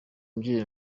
mubyeyi